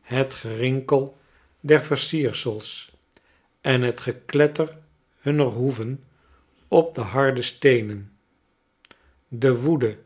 het gerinkel der versiersels en het gekletter hunner hoeven op de harde steenen de woede